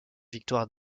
victoire